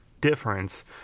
difference